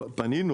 פנינו.